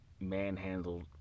manhandled